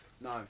no